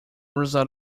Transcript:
result